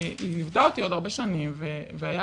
היא ליוותה אותי עוד הרבה שנים והיה